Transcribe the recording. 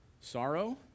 Sorrow